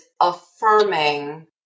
affirming